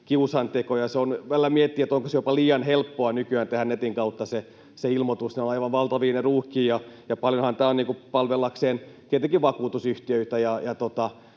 kiusantekoja. Välillä miettii, että onko jopa liian helppoa nykyään tehdä netin kautta se ilmoitus. On aivan valtavia ruuhkia, ja paljonhan tämä palvelee tietenkin vakuutusyhtiöitä